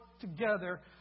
together